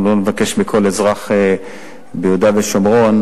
אנחנו לא נבקש מכל אזרח ביהודה ושומרון